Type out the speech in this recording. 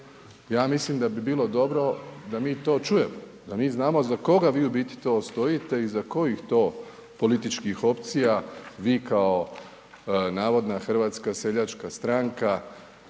Ja mislim da bi bilo dobro da mi to čujemo, da mi znamo iza koga vi u biti to stojite, iza kojih to političkih opcija, vi kao navodna HSS u biti